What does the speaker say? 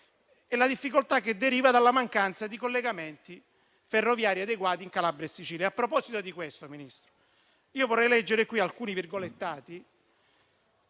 è la difficoltà derivante dalla mancanza di collegamenti ferroviari adeguati in Calabria e Sicilia. A proposito di questo, signor Ministro, vorrei leggere alcune dichiarazioni